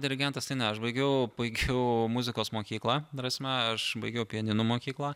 dirigentas tai ne aš baigiau baigiau muzikos mokyklą ta prasme aš baigiau pianino mokyklą